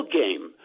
game